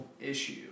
issue